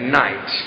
night